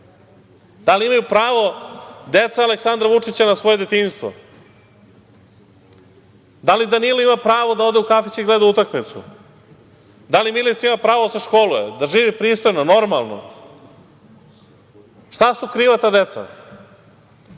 Da li imaju pravo deca Aleksandra Vučića na svoje detinjstvo? Da li Danilo ima pravo da ode u kafić i da gleda utakmicu? Da li Milica ima pravo da se školuje, da živi pristojno, normalno? Šta su kriva ta deca?